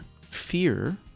fear